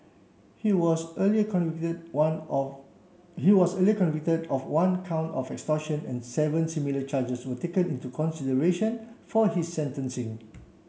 he was earlier convicted one of he was earlier convicted of one count of extortion and seven similar charges were taken into consideration for his sentencing